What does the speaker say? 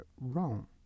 wrong